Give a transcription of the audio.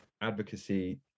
advocacy